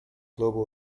global